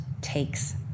takes